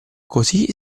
così